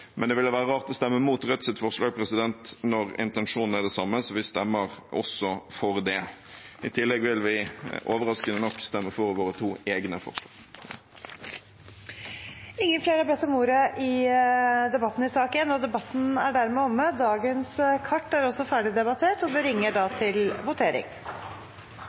Men det ville være rart å stemme mot Rødts forslag når intensjonen er den samme, så vi stemmer også for det. I tillegg vil vi, overraskende nok, stemme for våre to egne forslag. Flere har ikke bedt om ordet til sak nr. 1. Da er Stortinget klar til å gå til votering over sakene på dagens kart. Under debatten er det satt frem i alt 15 forslag. Det er forslagene nr. 1 og